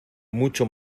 mucho